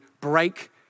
break